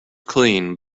clean